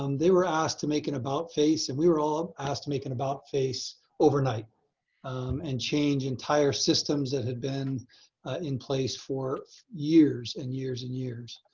um they were asked to make an about face, and we were all asked to make an about face overnight and change entire systems that had been in place for years and years and years.